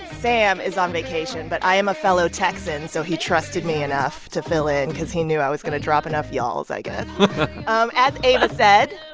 sam is on vacation, but i am a fellow texan. so he trusted me enough to fill in cause he knew i was going to drop enough y'alls, i guess um as eva said,